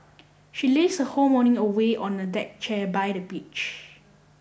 she lazed her whole morning away on a deck chair by the beach